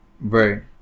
Right